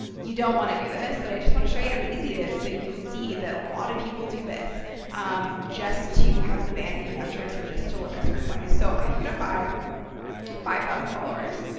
you don't want to do this, but i just want to show you how easy it is. so, you can see that a lot of people do this um just to have the vanity metrics and just to look a certain way. so, i'm going to buy five thousand followers,